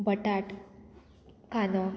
बटाट कांदो